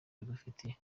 bagufitiye